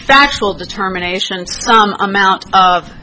factual determination amount of